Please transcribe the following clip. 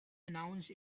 announced